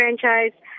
franchise